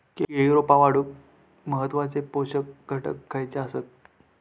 केळी रोपा वाढूक महत्वाचे पोषक घटक खयचे आसत?